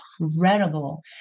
incredible